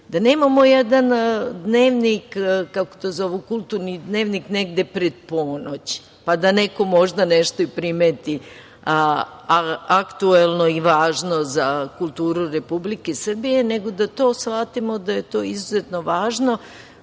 nemamo jedan dnevnik, kako to zovu „Kulturni dnevnik“ negde pred ponoć, pa da neko možda nešto i primeti aktuelno i važno za kulturu Republike Srbije, nego da to shvatimo da je to izuzetno važno,